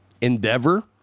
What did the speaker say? endeavor